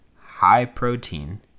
high-protein